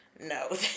No